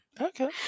okay